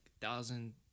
thousand